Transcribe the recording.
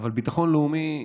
אבל ביטחון לאומי,